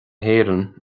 héireann